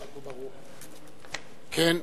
כן.